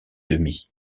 demie